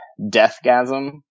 deathgasm